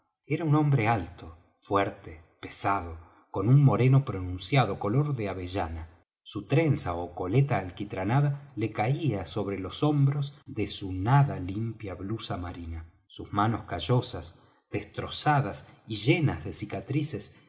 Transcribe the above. era un hombre alto fuerte pesado con un moreno pronunciado color de avellana su trenza ó coleta alquitranada le caía sobre los hombros de su nada limpia blusa marina sus manos callosas destrozadas y llenas de cicatrices